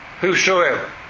whosoever